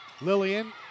Lillian